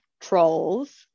trolls